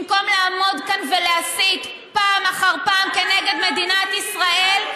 במקום לעמוד כאן ולהסית פעם אחר פעם כנגד מדינת ישראל,